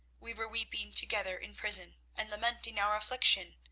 we were weeping together in prison and lamenting our affliction.